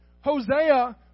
Hosea